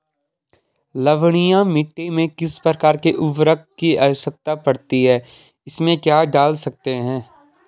लवणीय मिट्टी में किस प्रकार के उर्वरक की आवश्यकता पड़ती है इसमें क्या डाल सकते हैं?